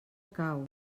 cau